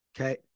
Okay